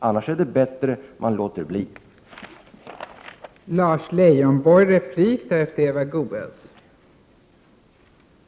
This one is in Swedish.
Annars är det bättre att man låter bli att göra på detta sätt.